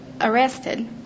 arrested